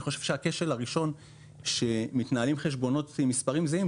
אני חושב שהכשל הראשון שמתנהלים חשבונות עם מספרים זהים,